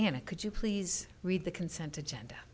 ana could you please read the consent agenda